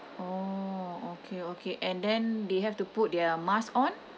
oh okay okay and then they have to put their mask on